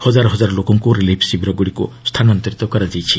ହଜାର ହଜାର ଲୋକଙ୍କୁ ରିଲିଫ୍ ସିବିରଗୁଡ଼ିକୁ ସ୍ଥାନାନ୍ତରିତ କରାଯାଇଛି